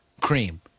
cream